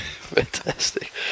fantastic